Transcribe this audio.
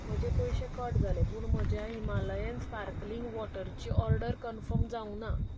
म्हजे पयशे कट जाले पूण म्हज्या हिमालयन स्पार्कलिंग वॉटरची ऑर्डर कन्फर्म जावंक ना